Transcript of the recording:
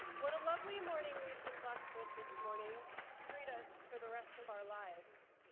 what a lovely morning we've been blessed with this morning to greet us for the rest of our lives.